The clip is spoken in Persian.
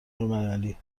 المللی